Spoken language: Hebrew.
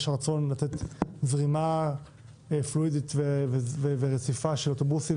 יש רצון לתת זרימה פלואידית ורציפה של אוטובוסים,